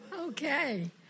Okay